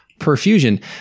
perfusion